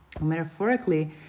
Metaphorically